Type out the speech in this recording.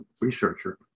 researcher